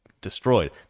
destroyed